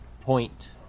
point